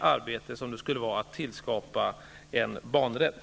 arbete som det skulle vara att tillskapa en banrätt.